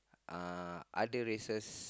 uh other races